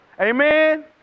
Amen